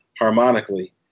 harmonically